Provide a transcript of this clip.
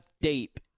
deep